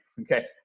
okay